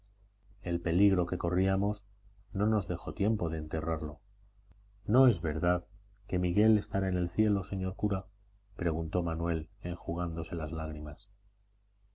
el peligro que corríamos no nos dejó tiempo de enterrarlo no es verdad que miguel estará en el cielo señor cura preguntó manuel enjugándose las lágrimas